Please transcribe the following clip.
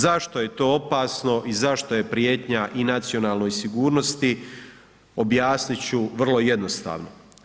Zašto je to opasno i zašto je prijetnja i nacionalnoj sigurnosti objasnit ću vrlo jednostavno.